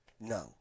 No